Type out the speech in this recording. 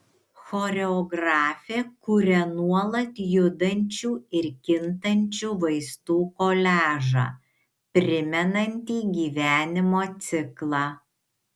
choreografė kuria nuolat judančių ir kintančių vaizdų koliažą primenantį gyvenimo ciklą